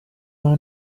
aho